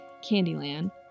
Candyland